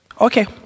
Okay